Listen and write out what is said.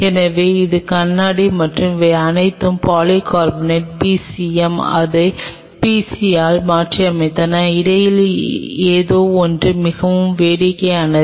எனவே இது கண்ணாடி மற்றும் இவை அனைத்தும் பாலிகார்பனேட் PCM அதை PC யால் மாற்றியமைத்தன இடையில் ஏதோ ஒன்று மிகவும் வேடிக்கையானது